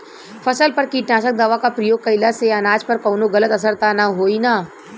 फसल पर कीटनाशक दवा क प्रयोग कइला से अनाज पर कवनो गलत असर त ना होई न?